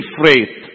faith